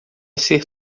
ser